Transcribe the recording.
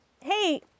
Hey